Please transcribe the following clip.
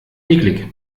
eklig